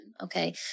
okay